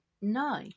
no